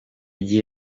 gihe